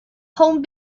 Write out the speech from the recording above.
home